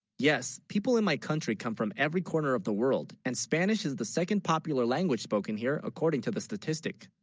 yes people in my country come from every corner of the world and spanish is the second popular language spoken here according to the statistic